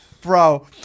Bro